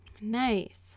nice